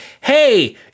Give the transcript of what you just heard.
hey